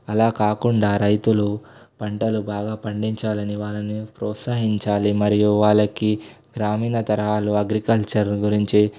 అలా కాకుండా రైతులు పంటలు బాగా పండించాలని వాళ్ళని ప్రోత్సహించాలి మరియు వాళ్ళకి గ్రామీణ తరహాలు అగ్రికల్చర్ గురించి